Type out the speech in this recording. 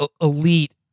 elite